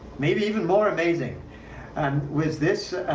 maybe even more amazing and was this